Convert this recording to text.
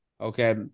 Okay